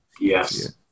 Yes